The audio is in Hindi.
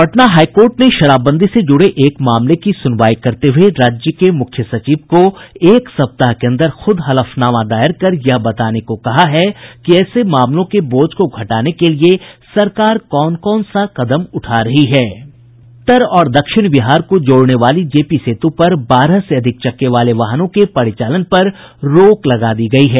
पटना हाई कोर्ट ने शराबबंदी से जुड़े एक मामले की सुनवाई करते हुये राज्य के मुख्य सचिव को एक सप्ताह के अंदर खुद से हलफनामा दायर कर यह बताने को कहा है कि ऐसे मामलों के बोझ को घटाने के लिये सरकार कौन कौन सा कदम उठा रही है उत्तर और दक्षिण बिहार को जोड़ने वाली जेपी सेतु पर बारह से अधिक चक्के वाले वाहनों के परिचालन पर रोक लगा दी गयी है